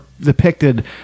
depicted